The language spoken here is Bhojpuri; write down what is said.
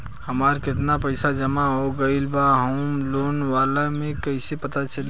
हमार केतना पईसा जमा हो गएल बा होम लोन वाला मे कइसे पता चली?